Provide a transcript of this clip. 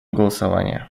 голосования